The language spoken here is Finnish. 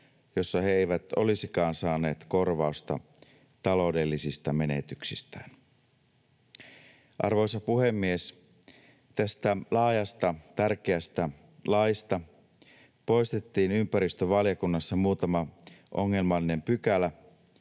jossa he eivät olisikaan saaneet korvausta taloudellisista menetyksistään. Arvoisa puhemies! Tästä laajasta tärkeästä laista poistettiin ympäristövaliokunnassa muutama ongelmallinen pykälä,